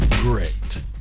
great